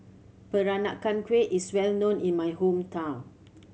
Peranakan Kueh is well known in my hometown